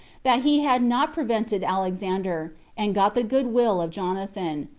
that he had not prevented alexander, and got the good-will of jonathan,